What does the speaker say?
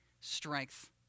strength